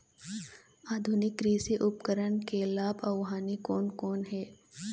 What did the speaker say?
आधुनिक कृषि उपकरण के लाभ अऊ हानि कोन कोन हे?